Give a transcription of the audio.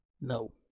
No